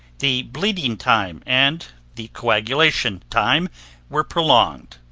the bleeding time and the coagulation time were prolonged.